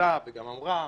וציטטה וגם אמרה,